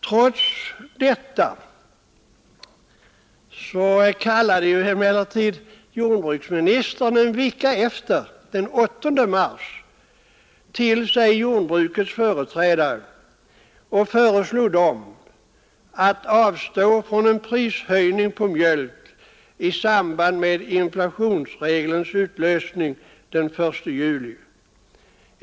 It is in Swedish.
Trots detta kallade jordbruksministern en vecka senare, den 8 mars, till sig jordbrukets företrädare och föreslog dem att avstå från en prishöjning på mjölk i samband med inflationsregelns utlösning den 1 juli.